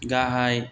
गाहाय